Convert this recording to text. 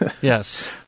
Yes